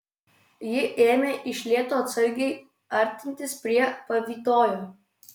ji ėmė iš lėto atsargiai artintis prie pavytojo